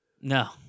No